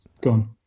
gone